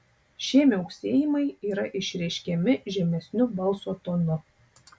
šie miauksėjimai yra išreiškiami žemesniu balso tonu